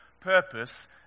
purpose